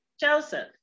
Joseph